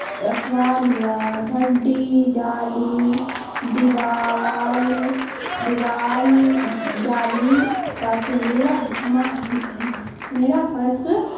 رکھوال ہوا ڈھڈی جالی دیوار دیوار جالی تاکہ میرا میرا فصل